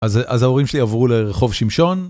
אז ההורים שלי עברו לרחוב שמשון.